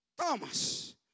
Thomas